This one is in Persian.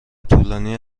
طولانی